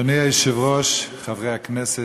אדוני היושב-ראש, חברי הכנסת,